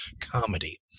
comedy